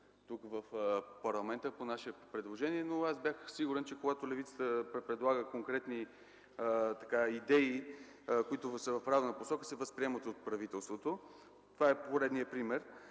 в парламента като наше предложение. Аз обаче бях сигурен, че когато левицата предлага конкретни идеи, които са в правна посока, се възприемат от правителството – това ваше действие е поредният пример.